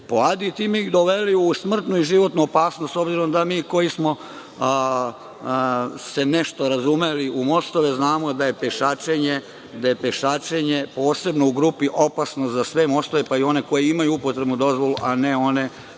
Adi i time ih doveli u smrtnu i životnu opasnost, s obzirom da mi koji se nešto razumemo u mostove znamo da je pešačenje, posebno u grupi, opasno za sve mostove, pa i one koji imaju upotrebnu dozvolu, a ne one